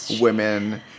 women